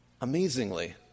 Amazingly